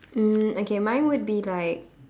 um okay mine would be like